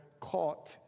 caught